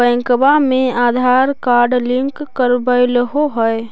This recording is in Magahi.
बैंकवा मे आधार कार्ड लिंक करवैलहो है?